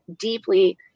deeply